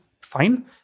fine